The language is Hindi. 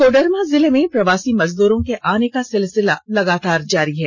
कोडरमा जिले में प्रवासी मजदूरों के आने का सिलसिला लगातार जारी है